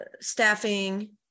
staffing